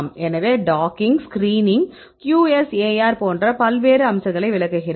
எனவே docking screening QSAR போன்ற பல்வேறு அம்சங்களை விளக்குகிறேன்